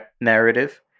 narrative